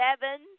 seven